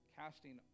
casting